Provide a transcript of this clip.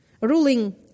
Ruling